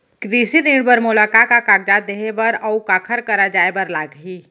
कृषि ऋण बर मोला का का कागजात देहे बर, अऊ काखर करा जाए बर लागही?